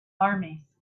armies